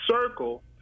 circle